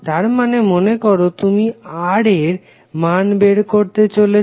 তারমানে মনেকরো তুমি Ra এর মান বের করতে চলেছ